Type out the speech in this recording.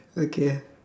okay